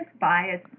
bias